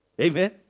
Amen